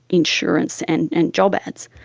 insurance and and job ads,